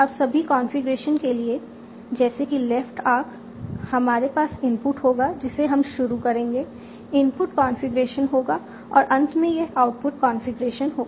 अब सभी कॉन्फ़िगरेशन के लिए जैसे कि लेफ्ट आर्क हमारे पास इनपुट होगा जिससे हम शुरू करेंगे इनपुट कॉन्फ़िगरेशन होगा और अंत में यह आउटपुट कॉन्फ़िगरेशन होगा